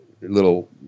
little